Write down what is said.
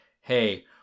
hey